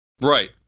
Right